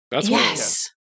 Yes